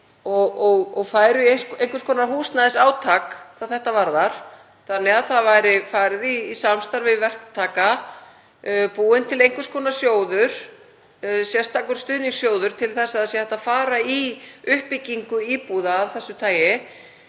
og færu í einhvers konar húsnæðisátak hvað þetta varðar, þannig að farið væri í samstarf við verktaka, búinn til einhvers konar sjóður, sérstakur stuðningssjóður til að hægt sé að fara í uppbyggingu íbúða af þessu tagi,